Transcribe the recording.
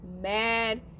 mad